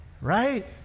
Right